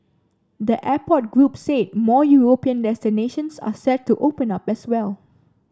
the airport group said more European destinations are set to open up as well